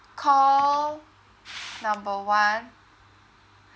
call number one